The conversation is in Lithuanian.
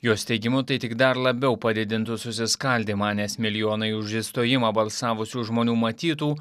jos teigimu tai tik dar labiau padidintų susiskaldymą nes milijonai už išstojimą balsavusių žmonių matytų